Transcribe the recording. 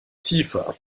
tiefer